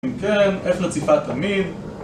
אם כן, איך לציפה תמיד?